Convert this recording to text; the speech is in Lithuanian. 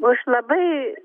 už labai